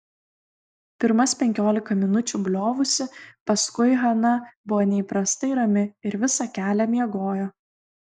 pirmas penkiolika minučių bliovusi paskui hana buvo neįprastai rami ir visą kelią miegojo